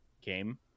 game